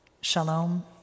Shalom